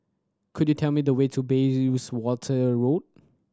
could you tell me the way to Bayswater Road